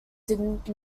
did